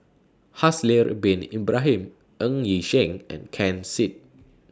Haslir Bin Ibrahim Ng Yi Sheng and Ken Seet